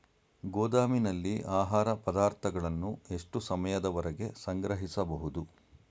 ಗೋದಾಮಿನಲ್ಲಿ ಆಹಾರ ಪದಾರ್ಥಗಳನ್ನು ಎಷ್ಟು ಸಮಯದವರೆಗೆ ಸಂಗ್ರಹಿಸಬಹುದು?